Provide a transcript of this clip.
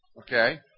Okay